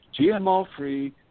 GMO-free